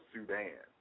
Sudan